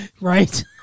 Right